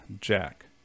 Jack